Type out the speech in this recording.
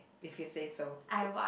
if you say so